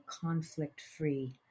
conflict-free